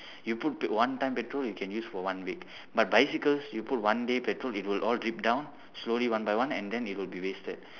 you put one time petrol you can use for one week but bicycles you put one day petrol it will all drip down slowly one by one and then it will be wasted